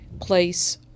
place